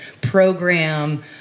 program